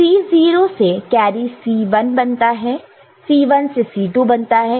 C0 से कैरी C1 बनता है C1 से C2 बनता है और C2 से C3 बनता है